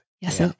Yes